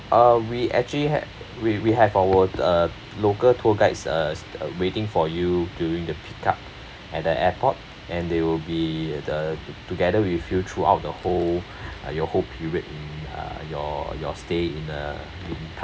uh we actually had we we have our uh local tour guides uh s~ waiting for you during the pick-up at the airport and they will be the together with you throughout the whole your whole period in uh your your stay in uh in